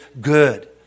good